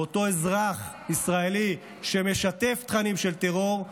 מאותו אזרח ישראלי שמשתף תכנים של טרור,